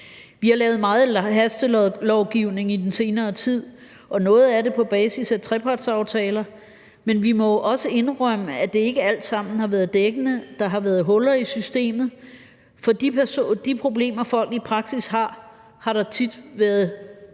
Vi har lavet meget hastelovgivning i den senere tid, og noget af det på basis af trepartsaftaler, men vi må jo også indrømme, at ikke alt sammen har været dækkende. Der har været huller i systemet, for de problemer, som folk i praksis har, har ikke